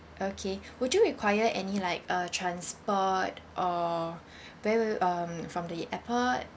okay would you require any like uh transport or where will y~ um from the airport